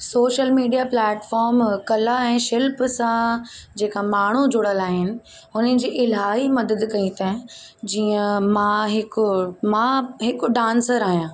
social media platform कला ऐं शिल्प सां जेका माण्हू जुड़ियलु आहिनि हुन जी इलाही मदद कई तइ जीअं मां हिकु मां हिकु डांसर आहियां